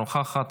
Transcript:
אינה נוכחת,